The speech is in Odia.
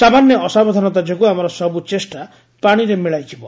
ସାମାନ୍ୟ ଅସାବଧାନତା ଯୋଗୁଁ ଆମର ସବୁ ଚେଷ୍ଟା ପାଣିରେ ମିଳାଇଯିବ